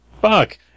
fuck